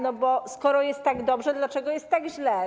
No bo skoro jest tak dobrze, to dlaczego jest tak źle?